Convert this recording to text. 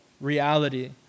reality